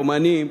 רומנים,